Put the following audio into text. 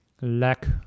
lack